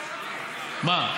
מה?